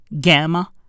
gamma